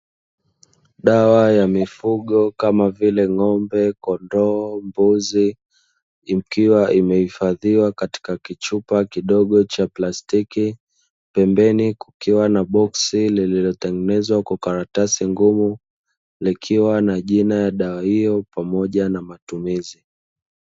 Dawa ya mifugo kama vile ng’ombe, kondoo, mbuzi ikiwa imehifadhiwa katika kichupa kidogo cha plastiki. Pembeni kukiwa na boksi lililotengenezwa kwa karatasi ngumu, likiwa na jina la dawa hiyo pamoja na matumizi.